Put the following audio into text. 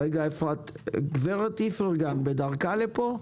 גברת איפרגן בדרכה לפה?